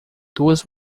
duas